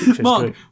Mark